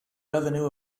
revenue